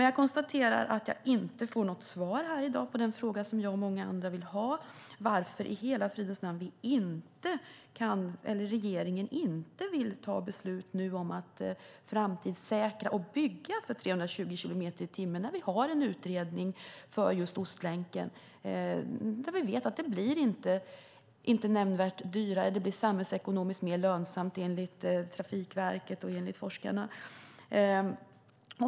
Jag konstaterar att jag inte får något svar här i dag på den fråga som jag och många andra vill ha svar på: Varför i hela fridens namn vill regeringen inte ta beslut nu om att framtidssäkra och bygga för 320 kilometer i timmen, när vi har en utredning för Ostlänken, där vi vet att det inte blir nämnvärt dyrare, och det blir samhällsekonomiskt mer lönsamt enligt Trafikverket och forskarna?